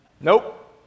Nope